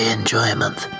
enjoyment